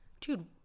dude